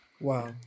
Wow